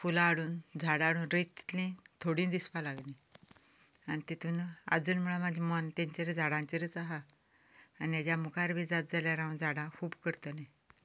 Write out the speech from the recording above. फुलां हाडून झाडार रोयता तितली थोडी दिसपाक लागली आनी तातूंतच आजून म्हणल्यार म्हजें मन तांचेरूच झाडांचेरूच आसा आनी हाज्या मुखार बी जाता जाल्यार हांव झाडां खूब करतलीं